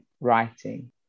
writing